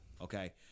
Okay